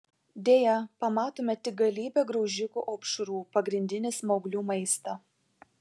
deja pamatome tik galybę graužikų opšrų pagrindinį smauglių maistą